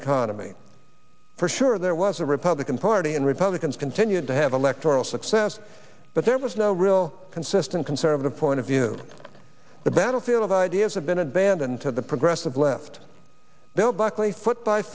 economy for sure there was a republican party and republicans continued to have electoral success but there was no real consistent conservative point of view on the battlefield of ideas have been abandoned to the progressive left bill buckley foot